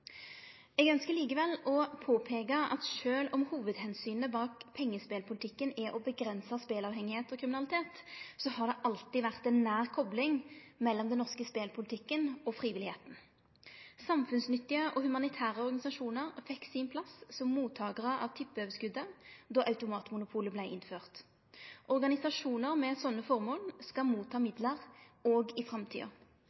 Eg ønskjer likevel å påpeike av sjølv om hovudomsyna bak pengespelpolitikken er å avgrense speleavhengigheit og kriminalitet, har det alltid vore ei nær kopling mellom den norske spelpolitikken og frivilligheita. Samfunnsnyttige og humanitære organisasjonar fekk sin plass som mottakarar av tippeoverskotet då automatmonopolet vart innført. Organisasjonar med sånne formål skal motta